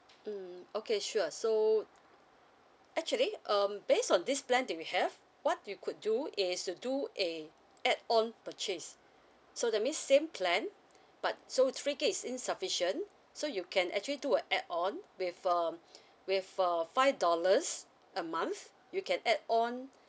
mm okay sure so actually um based on this plan that we have what you could do is to do a add on purchase so that means same plan but so three gig is insufficient so you can actually do a add on with um with a five dollars a month you can add on